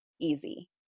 easy